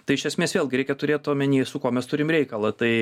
tai iš esmės vėlgi reikia turėti omeny su kuo mes turim reikalą tai